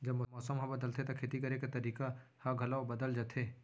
जब मौसम ह बदलथे त खेती करे के तरीका ह घलो बदल जथे?